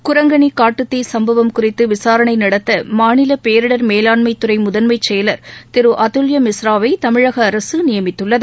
குரங்கணி காட்டுத்தீ சும்பவம் குறித்து விசாரணை நடத்த மாநில பேரிடர் மேலாண்மை துறை முதன்மை செயலர் திரு அதுல்ய மிஸ்ராவை தமிழக அரசு நியமித்துள்ளது